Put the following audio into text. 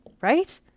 right